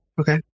Okay